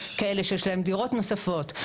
כאלה שיש להם דירות נוספות,